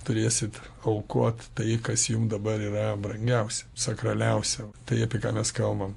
turėsit aukot tai kas jum dabar yra brangiausia sakraliausia tai apie ką mes kalbam